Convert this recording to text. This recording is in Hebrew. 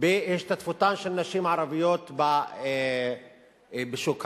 בהשתתפותן של נשים ערביות בשוק העבודה.